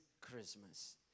Christmas